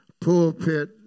pulpit